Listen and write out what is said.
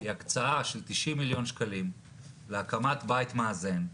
היא הקצאה של 90 מיליון שקלים להקמת בית מאזן,